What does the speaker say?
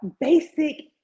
basic